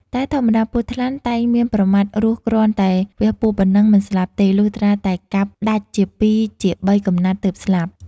តែធម្មតាពស់ថ្លាន់តែងមានប្រមាត់រស់គ្រាន់តែវះពោះប៉ុណ្ណឹង មិនស្លាប់ទេ លុះត្រាតែកាប់ដាច់ជាពីរជាបីកំណាត់ទើបស្លាប់